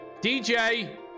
DJ